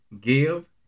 give